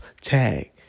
Tag